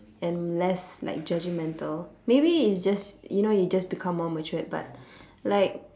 and less like judgmental maybe it's just you know you just become more matured but like